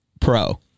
Pro